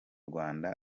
rwanda